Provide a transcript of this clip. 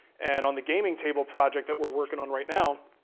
and on the gaming table project that we're working on right now,